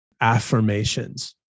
affirmations